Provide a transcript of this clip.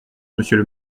monsieur